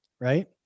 right